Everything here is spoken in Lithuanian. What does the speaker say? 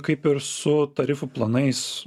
kaip ir su tarifų planais